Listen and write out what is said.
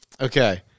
Okay